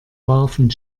warfen